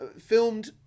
filmed